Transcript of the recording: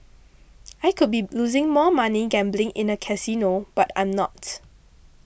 I could be losing more money gambling in a casino but I'm not